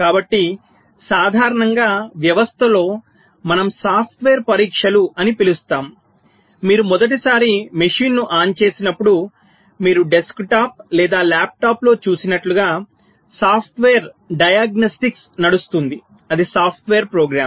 కాబట్టి సాధారణంగా వ్యవస్థలో మనం సాఫ్ట్వేర్ పరీక్షలు అని పిలుస్తాము మీరు మొదటిసారి మెషీన్ను ఆన్ చేసినప్పుడు మీరు డెస్క్టాప్ లేదా ల్యాప్టాప్లో చూసినట్లుగా సాఫ్ట్వేర్ డయాగ్నొస్టిక్ నడుస్తుంది అది సాఫ్ట్వేర్ ప్రోగ్రామ్